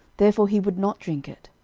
therefore he would not drink it.